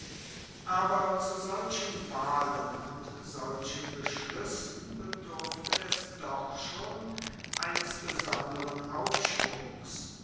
aber zu solchen wahlen und solchen beschluessen bedurfte es doch schon eines besonderen aufschwungs